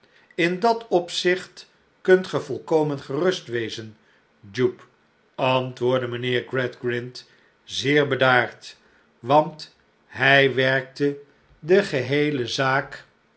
in dat opzicht kunt ge volkomen gerust wezen jupe antwoordde mijnheer gradgrind zeer bedaard want hij werkte de geheele zaak